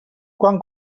quan